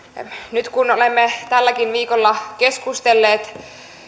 nyt olemme tälläkin viikolla keskustelleet